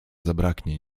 zabraknie